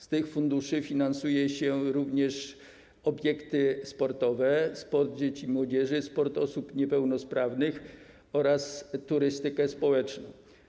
Z tych funduszy finansuje się również obiekty sportowe, sport dzieci i młodzieży, sport osób niepełnosprawnych oraz turystykę społeczną.